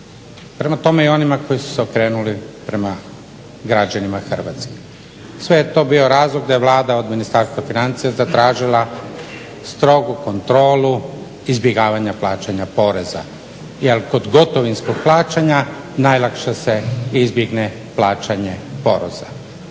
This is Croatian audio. prema tome i onima koji su se okrenuli prema građanima Hrvatske. Sve je to bio razlog da je Vlada od Ministarstva financija zatražila strogu kontrolu izbjegavanja plaćanja poreza jer kod gotovinskog plaćanja najlakše se izbjegne plaćanje poreza.